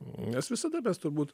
nes visada mes turbūt